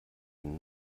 dem